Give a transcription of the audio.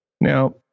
Now